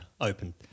open